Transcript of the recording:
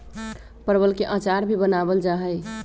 परवल के अचार भी बनावल जाहई